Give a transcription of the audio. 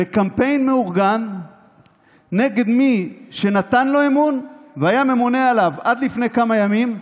בקמפיין מאורגן נגד מי שנתן לו אמון והיה ממונה עליו עד לפני כמה ימים,